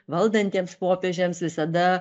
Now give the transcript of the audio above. valdantiems popiežiams visada